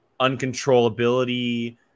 uncontrollability